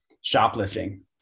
shoplifting